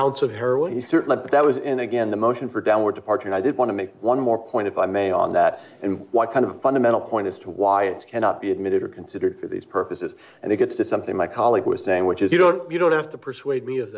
ounce of heroin he certainly that was in again the motion for downward departure and i did want to make one more point if i may on that and what kind of fundamental point is to why it cannot be admitted or considered for these purposes and it gets to something my colleague was saying which is you don't you don't have to persuade me